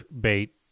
bait